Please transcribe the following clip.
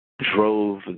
drove